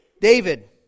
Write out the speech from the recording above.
David